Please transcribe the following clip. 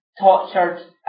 tortured